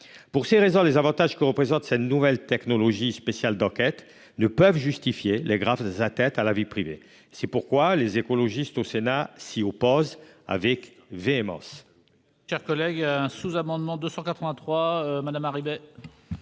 Pour ces raisons, les avantages que représente cette nouvelle technologie spéciale d'enquête ne peuvent pas justifier les graves atteintes portées aux droits individuels. C'est pourquoi les écologistes au Sénat s'y opposent avec véhémence.